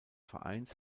vereins